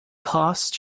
cause